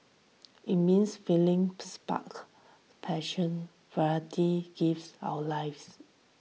it means feeling spark passion variety gives our lives